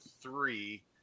three